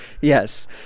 Yes